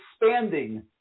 expanding